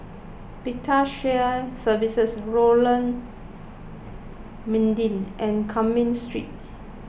Vital Shared Services Lorong Mydin and Cumming Street